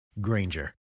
Granger